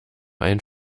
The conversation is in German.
ein